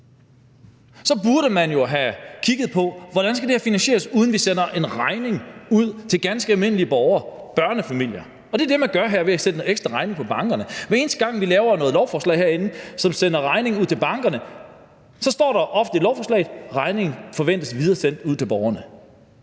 burde man jo have kigget på, hvordan det her skal finansieres, uden at man sender en regning ud til ganske almindelige borgere, børnefamilier, og det er det, som man gør her ved at sende en ekstra regning til bankerne. Når vi laver et lovforslag herinde, som sender regningen ud til bankerne, så står der ofte i lovforslaget, at regningen forventes videresendt ud til borgerne,